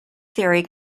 theory